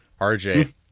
RJ